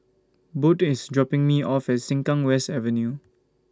Boyd IS dropping Me off At Sengkang West Avenue